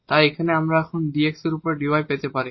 তাই এখানে আমরা এখন dx এর উপর এই dy পেতে পারি